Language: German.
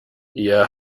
ihr